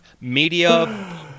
media